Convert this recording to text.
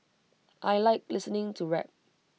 I Like listening to rap